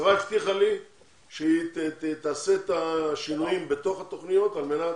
השרה הבטיחה לי שהיא תעשה את השינויים בתוך התוכניות על מנת